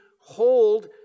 hold